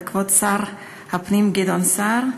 ואת כבוד שר הפנים גדעון סער,